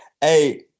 Hey